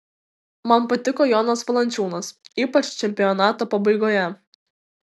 man patiko jonas valančiūnas ypač čempionato pabaigoje